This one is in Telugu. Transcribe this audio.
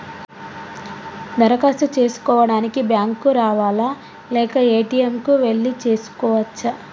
దరఖాస్తు చేసుకోవడానికి బ్యాంక్ కు రావాలా లేక ఏ.టి.ఎమ్ కు వెళ్లి చేసుకోవచ్చా?